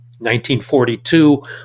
1942